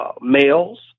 males